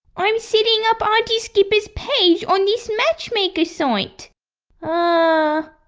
i'm setting up auntie skipper's page on this matchmaker site ahhh.